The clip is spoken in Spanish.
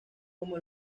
como